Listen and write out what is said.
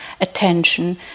attention